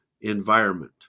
environment